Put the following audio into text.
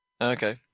okay